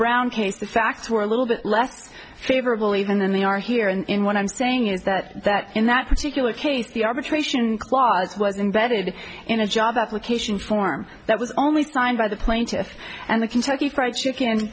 brown case the facts were a little bit less favorable even then they are here and in what i'm saying is that that in that particular case the arbitration clause was embedded in a job application form that was only signed by the plaintiff and the kentucky fried